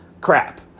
crap